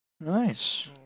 Nice